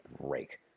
break